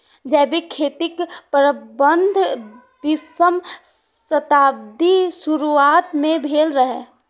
जैविक खेतीक प्रारंभ बीसम शताब्दीक शुरुआत मे भेल रहै